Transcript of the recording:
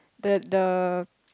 the the